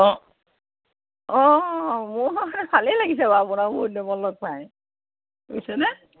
অ' অঁ মোৰ মানে ভালেই লাগিছে বাৰু আপোনাক বহুত দিনৰ মূৰত লগ পাই বুজিছে নে